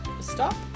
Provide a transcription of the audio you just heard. Stop